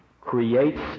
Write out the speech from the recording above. creates